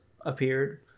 appeared